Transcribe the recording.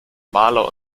maler